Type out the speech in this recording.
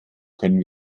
können